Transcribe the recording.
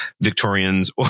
Victorians